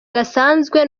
gasanzwe